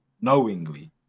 knowingly